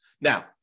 Now